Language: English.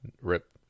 rip